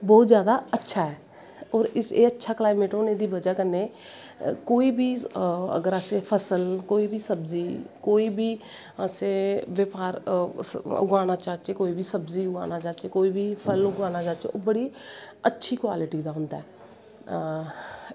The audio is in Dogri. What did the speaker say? बौह्त जादा अच्छा ऐ और एह् अच्चा कलाईमेट होनें दी बज़ा कन्नै कोई बी अगर असैं फसल कोई बी सब्जी कोई बी असैं ब्यापहार उगाना चाह्चै कोई बी सब्जी उगाना चाह्चै कोई बी फल उगाना चाह्चै ओह् बड़ी अच्छी कवालटी दा होंदा ऐ